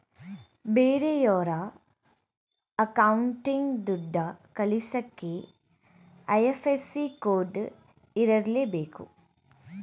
ಬೇರೆಯೋರ ಅಕೌಂಟ್ಗೆ ದುಡ್ಡ ಕಳಿಸಕ್ಕೆ ಐ.ಎಫ್.ಎಸ್.ಸಿ ಕೋಡ್ ಇರರ್ಲೇಬೇಕು